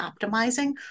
optimizing